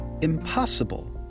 Impossible